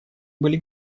были